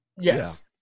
Yes